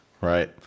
Right